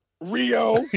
Rio